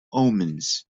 omens